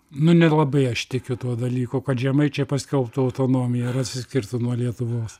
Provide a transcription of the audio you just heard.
nu nelabai aš tikiu tuo dalyku kad žemaičiai paskelbtų autonomiją ir atsiskirtų nuo lietuvos